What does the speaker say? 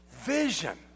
vision